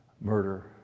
murder